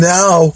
now